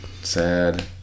Sad